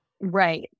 right